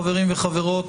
חברים וחברות,